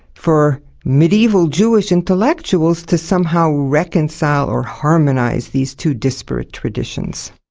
for medieval jewish intellectuals to somehow reconcile or harmonise these two disparate traditions.